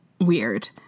weird